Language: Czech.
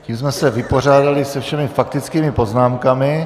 Tím jsme se vypořádali se všemi faktickými poznámkami.